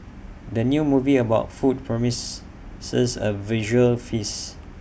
the new movie about food promise six A visual feast